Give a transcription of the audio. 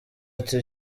ati